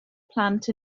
plant